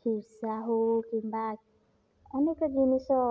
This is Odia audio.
ଖିର୍ସା ହେଉ କିମ୍ବା ଅନେକ ଜିନିଷ